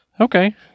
Okay